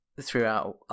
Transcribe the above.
throughout